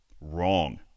Wrong